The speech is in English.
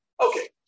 Okay